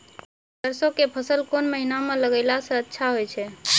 सरसों के फसल कोन महिना म लगैला सऽ अच्छा होय छै?